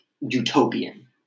utopian